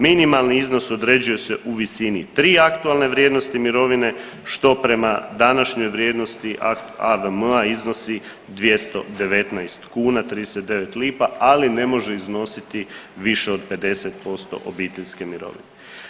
Minimalni iznos određuje se u visini tri aktualne vrijednosti mirovine što prema današnjoj vrijednosti AVM-a iznosi 219 kuna 39 lipa, ali ne može iznositi više od 50% obiteljske mirovine.